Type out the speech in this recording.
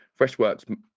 Freshworks